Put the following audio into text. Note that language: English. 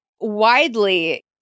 widely